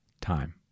time